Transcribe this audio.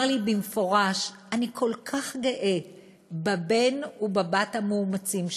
לי במפורש: אני כל כך גאה בבן ובבת המאומצים שלי,